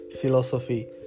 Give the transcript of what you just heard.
Philosophy